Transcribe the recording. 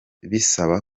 bisaba